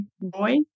boy